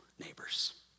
neighbors